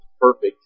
perfect